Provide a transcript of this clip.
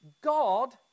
God